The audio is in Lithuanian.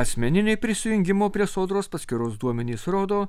asmeniniai prisijungimo prie sodros paskyros duomenys rodo